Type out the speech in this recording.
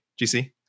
gc